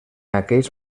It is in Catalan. aquells